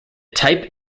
type